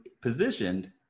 positioned